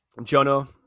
Jono